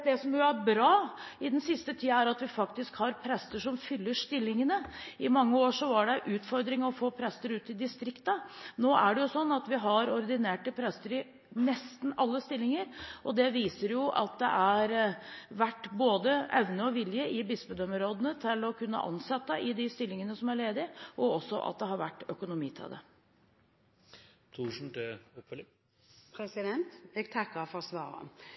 Det som har vært bra i den siste tiden, er at vi faktisk har prester som fyller stillingene. I mange år var det en utfordring å få prester ut i distriktene. Nå har vi ordinerte prester i nesten alle stillinger, og det viser at det har vært både evne og vilje i bispedømmerådene til å kunne ansette i de stillingene som er ledige, og også at det har vært økonomi til det. Jeg takker for svaret.